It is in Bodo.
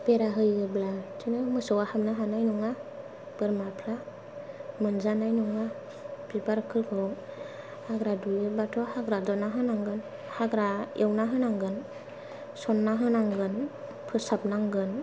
बेरा होयोब्ला बिदिनो मोसोवा हाबनो हानाय नङा बोरमाफ्रा मोनजानाय नङा बिबार गोर्बोआव हाग्रा दुङोबाथ' हाग्रा दुना होनांगोन हाग्रा एवना होनांगोन सनना होनांगोन फोसाबनांगोन